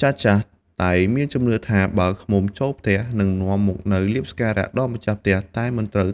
ចាស់ៗ តែងមានជំនឿថា បើឃ្មុំចូលផ្ទះ និងនាំមកនូវលាភសក្ការៈដល់ម្ចាស់ផ្ទះ តែមិនត្រូវ